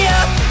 up